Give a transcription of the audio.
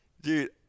Dude